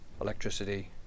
electricity